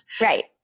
Right